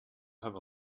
have